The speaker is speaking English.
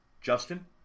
Justin